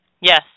Yes